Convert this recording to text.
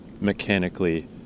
mechanically